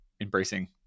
embracing